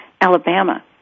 Alabama